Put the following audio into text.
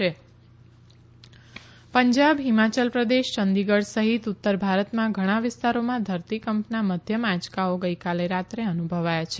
ધરતીકંપ પંજાબ હિમાચલ પ્રદેશ ચંદીગઢ સહિત ઉત્તરભારતમાં ઘણા વિસ્તારોમાં ધરતીકંપના મધ્યમ આંચકાઓ ગઇકાલે રાત્રે અનુભવાયા છે